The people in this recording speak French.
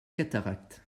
cataracte